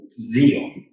zeal